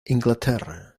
inglaterra